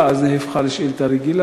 וכשהיא לא התקבלה אז היא הפכה לשאילתה רגילה.